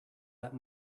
that